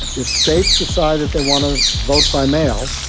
if states decide that they wanna vote by mail,